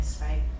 right